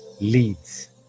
leads